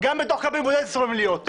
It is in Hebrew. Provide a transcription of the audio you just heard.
גם בתוך קלפי מבודדת אסור להם להיות.